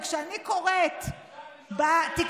וכשאני קוראת בתקשורת,